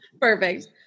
Perfect